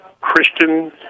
Christian